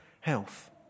health